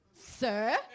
Sir